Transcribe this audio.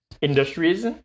industries